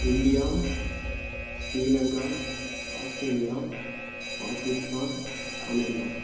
India Sri Lanka Australia Pakistan America